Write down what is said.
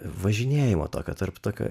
važinėjimo tokio tarp tokių